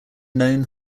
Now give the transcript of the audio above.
known